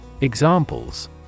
Examples